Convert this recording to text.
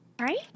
right